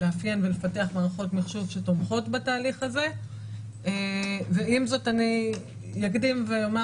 לאפיין ולפתח מערכות מחשוב שתומכות בתהליך הזה ועם זאת אני אקדים ואומר,